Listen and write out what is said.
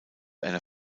einer